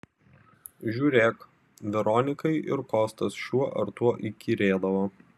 žiūrėk veronikai ir kostas šiuo ar tuo įkyrėdavo